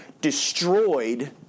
destroyed